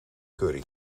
curry